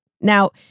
Now